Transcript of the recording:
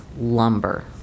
lumber